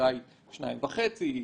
אולי שניים וחצי,